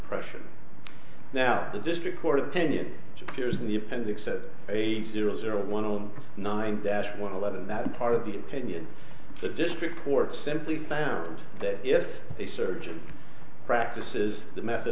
pressure now the district court opinion which appears in the appendix at eight zero zero one zero nine dash one eleven that part of the opinion the district court simply found that if a surgeon practices the method